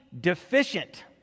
deficient